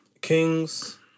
Kings